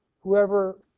Whoever